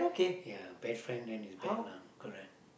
ya bad friend then you bad lah correct